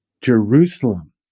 Jerusalem